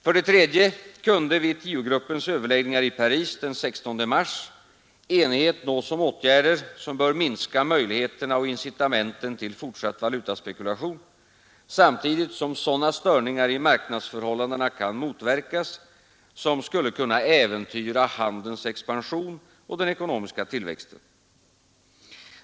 För det tredje kunde vid tiogruppens överläggningar i Paris den 16 mars enighet nås om åtgärder, som bör minska möjligheterna och incitamenten till fortsatt valutaspekulation samtidigt som sådana störningar i marknadsförhållandena kan motverkas som skulle kunna äventyra handelns expansion och den ekonomiska tillväxten.